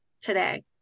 today